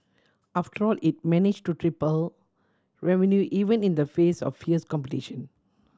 after all it managed to triple revenue even in the face of fierce competition